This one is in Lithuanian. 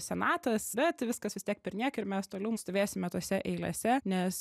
senatas bet viskas vis tiek perniek ir mes toliau stovėsime tose eilėse nes